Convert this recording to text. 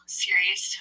series